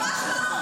לא, לא,